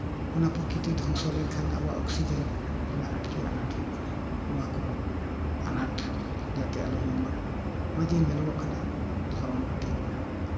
ᱚᱱᱟ ᱯᱨᱚᱠᱤᱛᱤ ᱫᱷᱚᱝᱥᱚ ᱞᱮᱱᱠᱷᱟᱱ ᱟᱵᱚᱣᱟᱜ ᱚᱠᱥᱤᱡᱮᱱ ᱨᱮᱱᱟᱜ ᱟᱹᱰᱤ ᱡᱳᱨ ᱟᱱᱟᱴ ᱦᱩᱭᱩᱜ ᱠᱟᱱᱟ ᱱᱚᱣᱟ ᱠᱚ ᱟᱱᱟᱴ ᱡᱟᱛᱮ ᱟᱞᱚ ᱦᱩᱭᱩᱜ ᱢᱟ ᱱᱚᱜᱼᱚᱭ ᱡᱮ ᱧᱮᱞᱚᱜᱚᱜ ᱠᱟᱱᱟ ᱫᱷᱚᱨᱚᱱ ᱫᱤᱱ